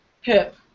hip